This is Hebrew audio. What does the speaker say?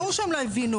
ברור שהם לא הבינו,